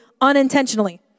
unintentionally